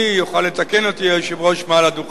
יוכל לתקן אותי היושב-ראש מעל הדוכן